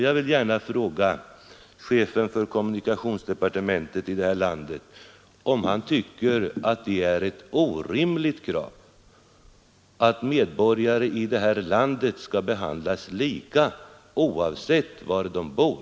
Jag vill gärna fråga chefen för kommunikationsdepartementet, om han tycker att det är ett orimligt krav att medborgare i landet skall behandlas lika oavsett var de bor.